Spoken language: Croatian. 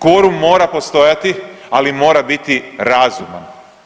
Kvorum mora postojati, ali mora biti razuman.